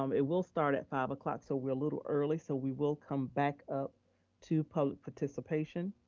um it will start at five o'clock, so we're a little early, so we will come back up to public participation.